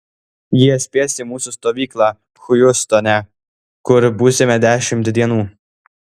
jie spės į mūsų stovyklą hjustone kur būsime dešimt dienų